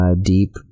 deep